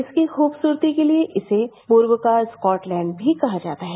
इसकी खूबसूती के लिए इसे पूर्व का स्कॉटलैंड भी कहा जाता है